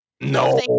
no